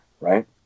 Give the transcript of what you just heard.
right